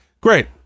Great